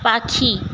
পাখি